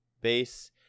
base